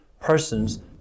persons